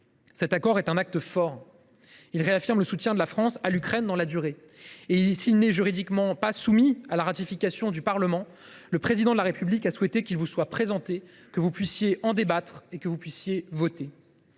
Cet accord est un acte fort. Il réaffirme le soutien de la France à l’Ukraine dans la durée. Et s’il n’est juridiquement pas soumis à la ratification du Parlement, le Président de la République a souhaité qu’il vous soit présenté, que vous puissiez en débattre et que vous puissiez voter,